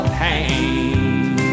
pain